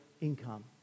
income